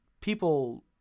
People